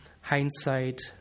hindsight